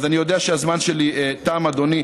אני יודע שהזמן שלי תם, אדוני.